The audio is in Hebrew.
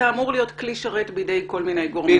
אתה אמור להיות כלי שרת בידי כל מיני גורמים.